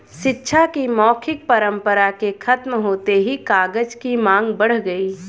शिक्षा की मौखिक परम्परा के खत्म होते ही कागज की माँग बढ़ गई